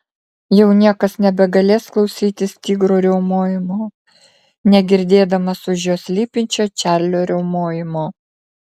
jau niekas nebegalės klausytis tigro riaumojimo negirdėdamas už jo slypinčio čarlio riaumojimo